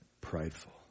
prideful